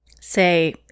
Say